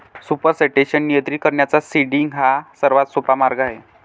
supersaturation नियंत्रित करण्याचा seeding हा सर्वात सोपा मार्ग आहे